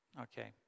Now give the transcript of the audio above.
Okay